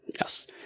Yes